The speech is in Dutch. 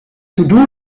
todo